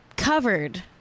covered